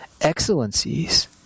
excellencies